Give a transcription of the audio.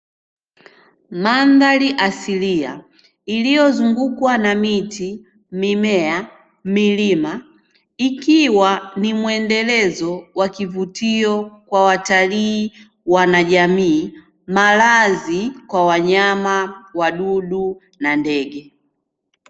Mandhari asilia iliyozungukwa na: miti, mimea, milima; ikiwa ni mwendelezo wa kivutio kwa watalii, wanajamii; malazi kwa wanyama wadudu na ndege.